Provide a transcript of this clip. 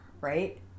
right